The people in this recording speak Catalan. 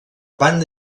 banda